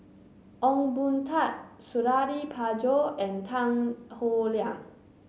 Ong Boon Tat Suradi Parjo and Tan Howe Liang